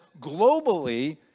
globally